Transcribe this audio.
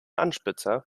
anspitzer